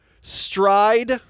stride